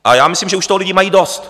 A já myslím, že už toho lidi mají dost.